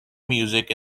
music